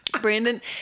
Brandon